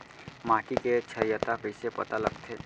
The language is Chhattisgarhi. माटी के क्षारीयता कइसे पता लगथे?